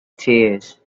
tears